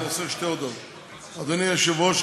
אדוני היושב-ראש,